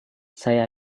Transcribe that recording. saya